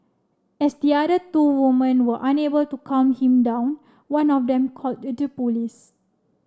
as the other two women were unable to calm him down one of them called police